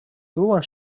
viuen